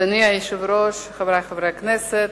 אדוני היושב-ראש, חברי חברי הכנסת,